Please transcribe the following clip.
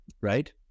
right